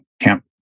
camp